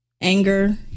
anger